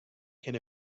can